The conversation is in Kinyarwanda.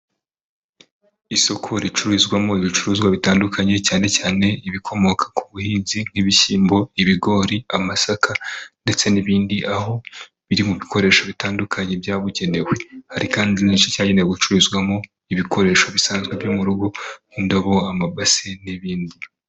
Isoko ricururizwamo ibicuruzwa bitandukanye, cyane cyane ibikomoka ku buhinzi nk'ibishyimbo, ibigori, amasaka ndetse n'ibindi, aho biri mu bikoresho bitandukanye byabugenewe, hari kandi n'igice cyanewe gucururizwamo ibikoresho bisanzwe byo mu rugo nk'indobo, amabase n'ibindi.